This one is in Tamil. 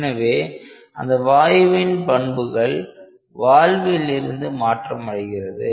எனவே அந்த வாயுவின் பண்புகள் வால்விலிருந்து மாற்றம் அடைகிறது